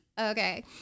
okay